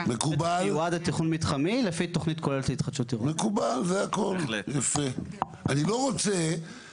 נציג הרשות המרחבית הנוגעת